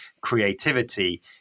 creativity